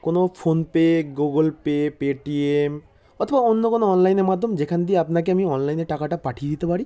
কোনো PhonePe Google Pay Paytm অথবা অন্য কোনো অনলাইনের মাধ্যম যেখান দিয়ে আপনাকে আমি অনলাইনে টাকাটা পাঠিয়ে দিতে পারি